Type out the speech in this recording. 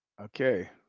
Okay